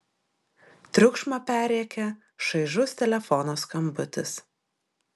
triukšmą perrėkia šaižus telefono skambutis